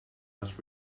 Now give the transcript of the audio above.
was